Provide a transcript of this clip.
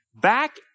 Back